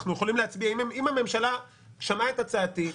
אם הממשלה שמעה את הצעתי,